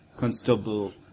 Constable